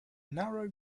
narrow